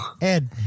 Ed